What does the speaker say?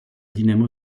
dinamo